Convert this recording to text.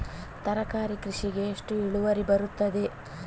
ತರಕಾರಿ ಕೃಷಿಗೆ ಎಷ್ಟು ಇಳುವರಿ ಬರುತ್ತದೆ?